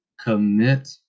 commit